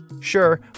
Sure